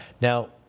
Now